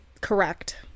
Correct